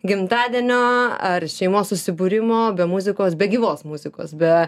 gimtadienio ar šeimos susibūrimo be muzikos be gyvos muzikos be